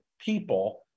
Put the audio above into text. people